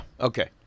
Okay